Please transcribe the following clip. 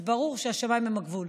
אז ברור שהשמיים הם הגבול.